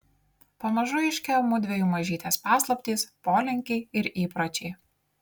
pamažu aiškėjo mudviejų mažytės paslaptys polinkiai ir įpročiai